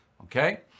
okay